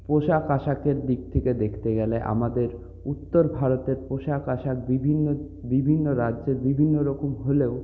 পোশাক আশাকের দিক থেকে দেখতে গেলে আমাদের উত্তর ভারতের পোশাক আশাক বিভিন্ন বিভিন্ন রাজ্যে বিভিন্নরকম হলেও